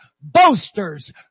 boasters